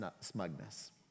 smugness